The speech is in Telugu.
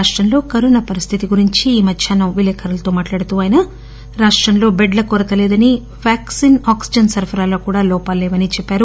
రాష్టంలో కరోనా పరిస్థితి గురించి విలేఖరులతో మాట్లాడుతూ ఆయన రాష్టంలో బెడ్ల కొరత లేదనీ వ్యాక్సిన్ ఆక్సిజన్ సరఫరాలో కూడా లోపాలు లేవనీ ఆయన చెప్పారు